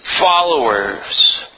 followers